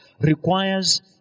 requires